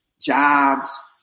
jobs